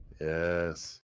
Yes